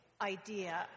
idea